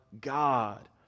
God